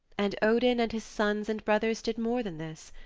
and odin and his sons and brothers did more than this.